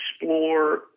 explore